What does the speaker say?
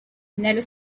nello